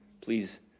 Please